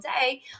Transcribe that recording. day